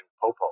Popo